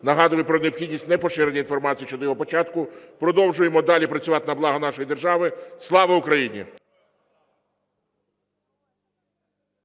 Нагадую про необхідність непоширення інформації щодо його початку. Продовжуємо далі працювати на благо нашої держави. Слава Україні!